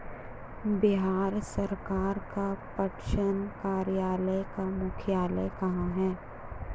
बिहार सरकार का पटसन कार्यालय का मुख्यालय कहाँ है?